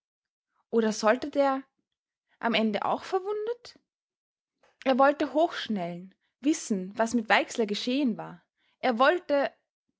oder sollte der am ende auch verwundet er wollte hochschnellen wissen was mit weixler geschehen war er wollte